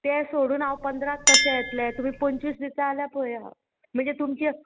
तें सोडून हांव पंदराक कशें येतलें तुमी पंचवीस दिसां जाल्यार पय हांव म्हणजे तुमचे